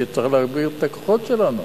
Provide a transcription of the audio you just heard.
שצריך להגביר את הכוחות שלנו,